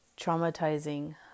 traumatizing